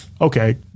okay